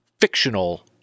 fictional